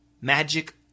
magic